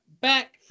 back